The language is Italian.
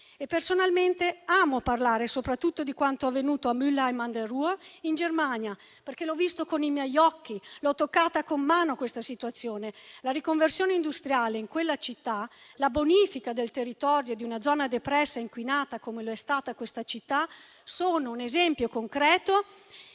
Personalmente, amo parlare soprattutto di quanto avvenuto a Mülheim an der Ruhr, in Germania, perché l'ho visto con i miei occhi e ho toccato con mano la situazione. La riconversione industriale in quella città, la bonifica del territorio di una zona depressa e inquinata - come lo è stata questa città - sono un esempio concreto